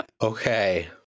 okay